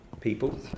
people